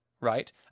right